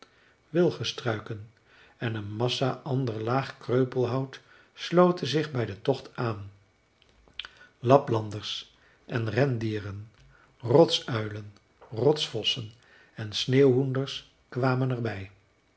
wilgestruiken en een massa ander laag kreupelhout sloten zich bij den tocht aan laplanders en rendieren rotsuilen rotsvossen en sneeuwhoenders kwamen er